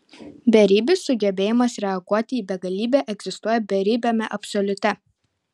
beribis sugebėjimas reaguoti į begalybę egzistuoja beribiame absoliute